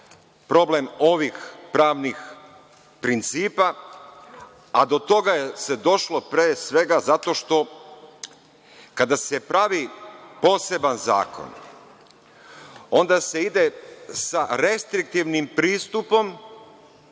problem ovih pravnih principa, a do toga se došlo pre svega zato što kada se pravi poseban zakon, onda se ide sa restriktivnim pristupom,